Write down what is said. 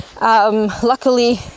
Luckily